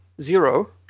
zero